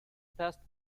passed